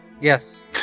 Yes